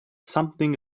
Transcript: something